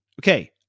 Okay